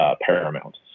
paramount